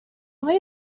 های